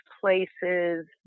places